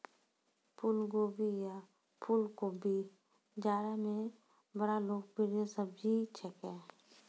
फुलगोभी या फुलकोबी जाड़ा के बड़ा लोकप्रिय सब्जी छेकै